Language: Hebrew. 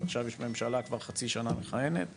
יש גם את הסיפור של התוספת של כ-10% לזכאות הבסיסית לשכר דירה,